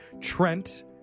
Trent